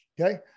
Okay